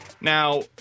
Now